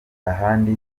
ahandi